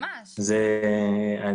אתם